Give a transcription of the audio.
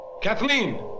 Kathleen